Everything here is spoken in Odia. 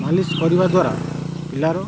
ମାଲିସ୍ କରିବା ଦ୍ଵାରା ପିଲାର